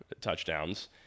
touchdowns